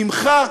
ממך,